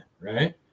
right